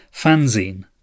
fanzine